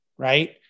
right